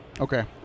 okay